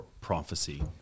prophecy